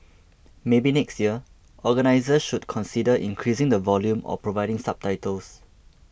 maybe next year organisers should consider increasing the volume or providing subtitles